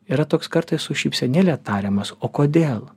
yra toks kartais su šypsenėle tariamas o kodėl